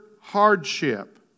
hardship